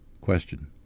Question